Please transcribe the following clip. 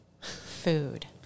food